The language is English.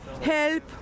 help